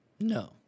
No